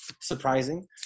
surprising